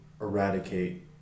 eradicate